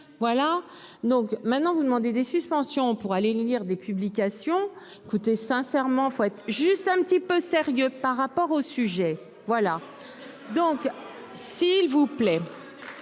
Voilà donc maintenant vous demandez des suspensions pour aller lire des publications. Écoutez, sincèrement, faut être juste un petit peu sérieux par rapport au sujet. Voilà donc s'il vous plaît.